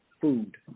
food